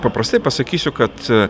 paprastai pasakysiu kad